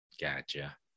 Gotcha